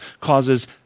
causes